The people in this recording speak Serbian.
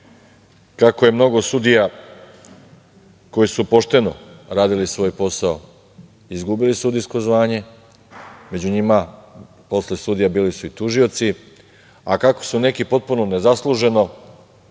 kako je mnogo sudija koji su pošteno radili svoj posao izgubilo sudijsko zvanje. Među njima, posle sudija, bili su i tužioci, a kako su neki potpuno nezasluženo,